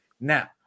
Now